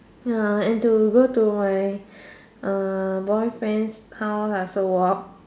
ya and to go to my uh boyfriend's house I also walk